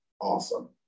awesome